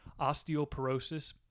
osteoporosis